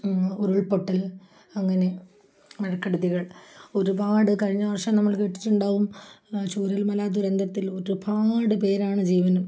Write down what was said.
ഉരുൾപ്പൊട്ടൽ അങ്ങനെ മഴക്കെടുതികൾ ഒരുപാട് കഴിഞ്ഞ വർഷം നമ്മള് കേട്ടിട്ടുണ്ടാകും ചൂരൽമല ദുരന്തത്തിൽ ഒരുപാട് പേരാണ്